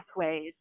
pathways